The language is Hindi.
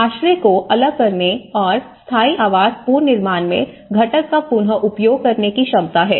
आश्रय को अलग करने और स्थायी आवास पुनर्निर्माण में घटक का पुन उपयोग करने की क्षमता है